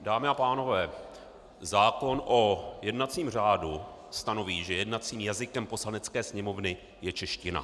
Dámy a pánové, zákon o jednacím řádu stanoví, že jednacím jazykem Poslanecké sněmovny je čeština.